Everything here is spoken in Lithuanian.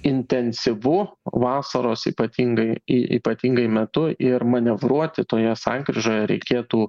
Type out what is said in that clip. intensyvu vasaros ypatingai ypatingai metu ir manevruoti toje sankryžoje reikėtų